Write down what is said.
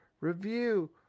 review